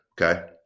Okay